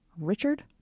Richard